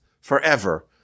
forever